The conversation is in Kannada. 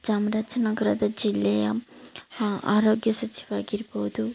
ಚಾಮರಾಜನಗರದ ಜಿಲ್ಲೆಯ ಆರೋಗ್ಯ ಸಚಿವರಾಗಿರ್ಬೋದು